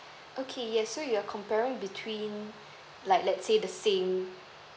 okay yes so you're comparing between like let's say the same